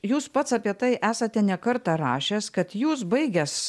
jūs pats apie tai esate ne kartą rašęs kad jūs baigęs